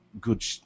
good